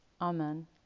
Amen